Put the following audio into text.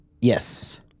Yes